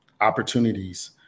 opportunities